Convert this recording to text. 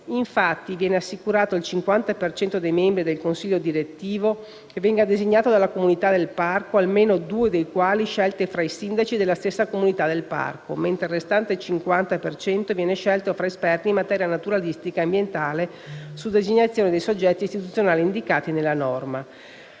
Infatti viene assicurato che il 50 per cento dei membri del consiglio direttivo sia designato dalla comunità del parco, almeno due dei quali scelti tra i sindaci della stessa comunità del parco, mentre il restante 50 per cento viene scelto tra esperti in materia naturalistica e ambientale su designazione dei soggetti istituzionali indicati nella norma.